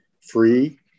free